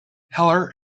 heller